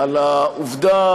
על העובדה